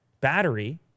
battery